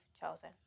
chosen